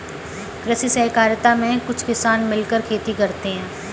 कृषि सहकारिता में कुछ किसान मिलकर खेती करते हैं